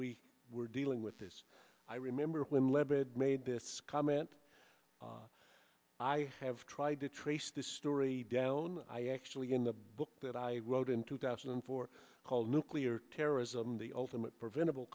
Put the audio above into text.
we were dealing with this i remember when lebed made this comment i have tried to trace this story down i actually in the book that i wrote in two thousand and four called nuclear terrorism the ultimate preventable